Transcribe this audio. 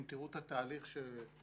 אם תראו את התהליך בתמונה,